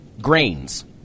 grains